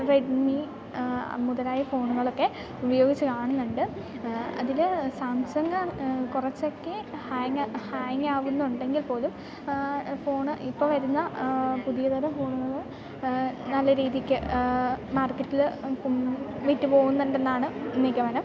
Redmi മുതലായ ഫോണുകളൊക്കെ ഉപയോഗിച്ചു കാണുന്നുണ്ട് അതിൽ സാംസങ്ങ് കുറച്ചൊക്കെ ഹാങാ ഹാങ്ങാവുന്നുണ്ടെങ്കിൽ പോലും ഫോൺ ഇപ്പം വരുന്ന പുതിയ തരം ഫോണുകൾ നല്ല രീതിക്ക് മാർക്കറ്റിൽ ഇപ്പം വിറ്റ് പോകുന്നുണ്ടെന്നാണ് നിഗമനം